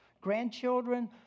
grandchildren